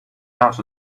out